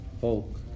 folk